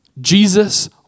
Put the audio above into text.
Jesus